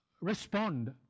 respond